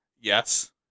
yes